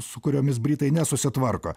su kuriomis britai nesusitvarko